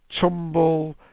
Tumble